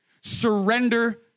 surrender